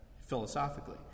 philosophically